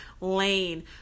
lane